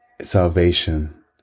salvation